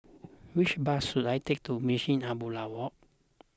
which bus should I take to Munshi Abdullah Walk